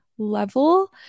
level